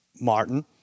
Martin